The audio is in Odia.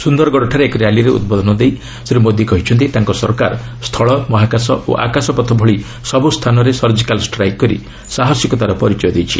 ସୁନ୍ଦରଗଡ଼ଠାରେ ଏକ ରାଲିରେ ଉଦ୍ବୋଧନ ଦେଇ ଶ୍ରୀ ମୋଦି କହିଛନ୍ତି ତାଙ୍କ ସରକାର ସ୍ଥଳ ମହାକାଶ ଓ ଆକାଶପଥ ଭଳି ସବୁ ସ୍ଥାନରେ ସର୍ଜିକାଲ୍ ଷ୍ଟ୍ରାଇକ୍ କରି ସାହସିକତାର ପରିଚୟ ଦେଇଛି